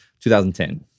2010